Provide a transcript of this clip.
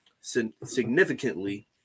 Significantly